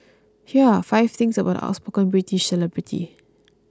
here are five things about the outspoken British celebrity